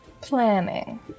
Planning